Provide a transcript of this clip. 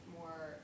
more